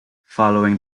following